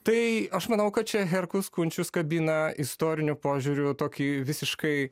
tai aš manau kad čia herkus kunčius kabina istoriniu požiūriu tokį visiškai